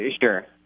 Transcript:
Sure